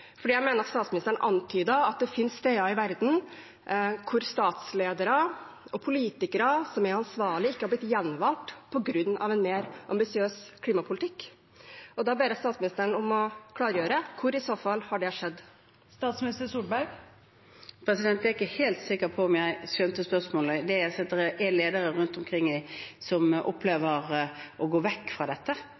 jeg mener at hun antydet at det finnes steder i verden hvor statsledere og politikere som er ansvarlige, ikke har blitt gjenvalgt på grunn av en mer ambisiøs klimapolitikk. Da ber jeg statsministeren om å klargjøre hvor det i så fall har skjedd. Jeg er ikke helt sikker på om jeg skjønte spørsmålet. Det er ledere rundt omkring som opplever å gå vekk fra dette,